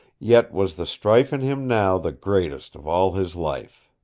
yet was the strife in him now the greatest of all his life.